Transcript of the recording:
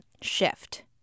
shift